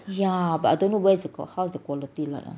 ya but I don't know where is the qua~ how's the quality like ah